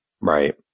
Right